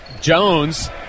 Jones